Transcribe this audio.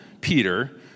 Peter